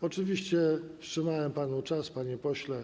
Oczywiście wstrzymałem panu czas, panie pośle.